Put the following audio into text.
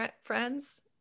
friends